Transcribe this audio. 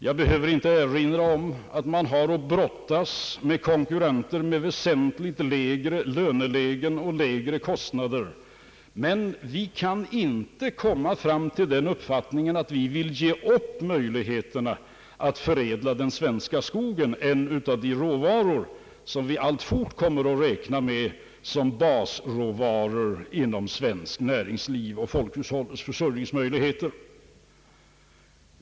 Jag behöver inte erinra om att man har att brottas med konkurrenter med väsentligt lägre lönelägen och lägre kostnader, men vi kan inte komma fram till den uppfattningen att vi vill ge upp möjligheterna att förädla den svenska skogen, en av de råvaror som vi alltfort kommer att räkna med som basråvara inom svenskt näringsliv och i folkhushållets försörjningsmöjligheter.